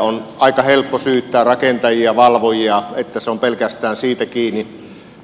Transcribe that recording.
on aika helppo syyttää rakentajia valvojia että se on pelkästään siitä kiinni